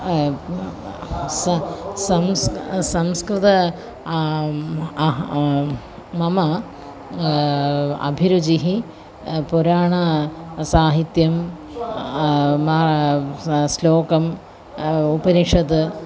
स संस् संस्कृत अहं मम अभिरुचिः पुराणं साहित्यं श्लोकम् उपनिषत्